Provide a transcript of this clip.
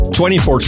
24